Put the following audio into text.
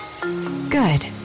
Good